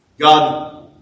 God